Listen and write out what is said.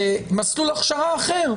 ומסלול הכשרה אחר,